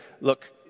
look